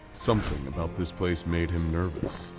something about this place made him nervous.